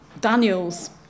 Daniels